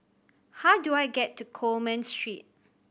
how do I get to Coleman Street